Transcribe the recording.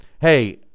Hey